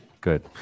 Good